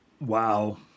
Wow